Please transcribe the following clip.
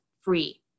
free